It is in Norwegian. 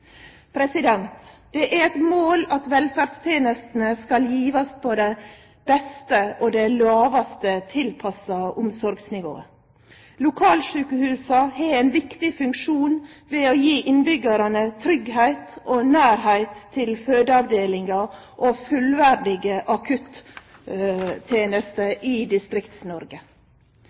Det er eit mål at velferdstenestene skal gjevast på det beste og det lågaste tilpassa omsorgsnivået. Lokalsjukehusa har ein viktig funksjon ved å gje innbyggjarane tryggleik og nærleik til fødeavdelingar og fullverdige akuttenester i